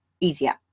easier